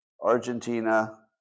Argentina